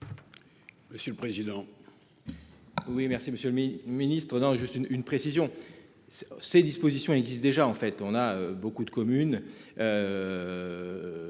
monsieur le président.